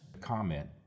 comment